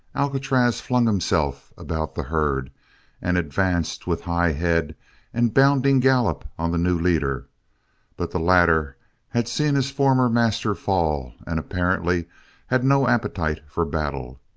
alcatraz flung himself about the herd and advanced with high head and bounding gallop on the new leader but the latter had seen his former master fall and apparently had no appetite for battle.